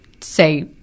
say